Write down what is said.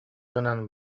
гынан